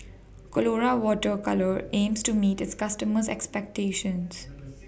Colora Water Colours aims to meet its customers' expectations